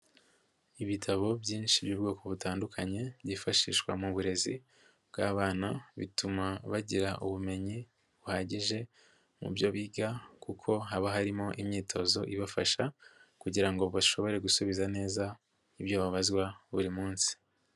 Ibitabo byinshi by'ubwoko butandukanye byifashishwa mu burezi bw'abana bituma bagira ubumenyi buhagije mu byo biga kuko haba harimo imyitozo ibafasha kugira ngo bashobore gusubiza neza ibyo babazwa buri munsi.